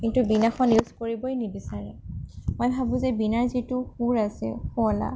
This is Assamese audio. কিন্তু বীণাখন ইউজ কৰিবই নিবিচাৰে মই ভাবোঁ যে বীণাৰ যিটো সুৰ আছে শুৱলা